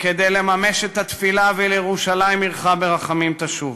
כדי לממש את התפילה "ולירושלים עירך ברחמים תשוב",